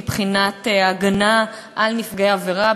מבחינת הגנה על נפגעי עבירה,